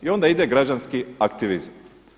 I onda ide građanski aktivizam.